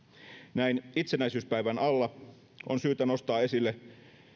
näin itsenäisyyspäivän alla on syytä nostaa esille